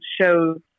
shows